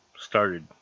started